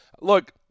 Look